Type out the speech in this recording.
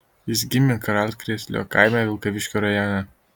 jis gimė karalkrėslio kaime vilkaviškio rajone